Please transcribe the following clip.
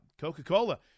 Coca-Cola